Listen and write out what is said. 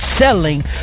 selling